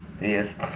Yes